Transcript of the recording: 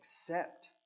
accept